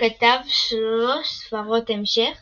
כתב שלוש סדרות המשך